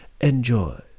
Enjoy